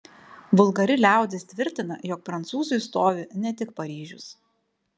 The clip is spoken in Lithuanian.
vulgari liaudis tvirtina jog prancūzui stovi ne tik paryžius